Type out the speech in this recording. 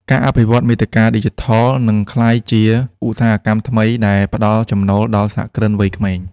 ការអភិវឌ្ឍមាតិកាឌីជីថលនឹងក្លាយជាឧស្សាហកម្មថ្មីដែលផ្ដល់ចំណូលដល់សហគ្រិនវ័យក្មេង។